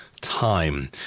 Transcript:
Time